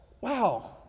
Wow